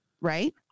right